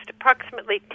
approximately